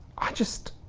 i just,